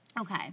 Okay